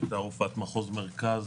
שהייתה רופאת מחוז מרכז,